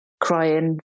crying